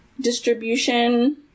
distribution